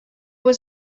was